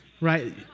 right